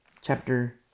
Chapter